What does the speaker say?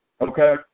okay